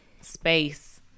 space